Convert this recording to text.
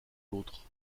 l’autre